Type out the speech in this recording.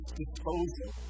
disposal